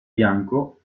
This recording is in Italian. bianco